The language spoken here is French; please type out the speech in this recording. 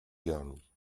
garni